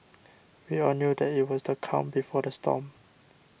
we all knew that it was the calm before the storm